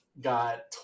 got